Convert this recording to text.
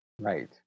Right